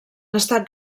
estat